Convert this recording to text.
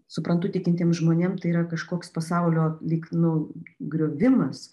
suprantu tikintiem žmonėm tai yra kažkoks pasaulio lyg nu griovimas